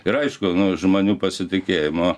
ir aišku nu žmonių pasitikėjimo